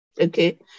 okay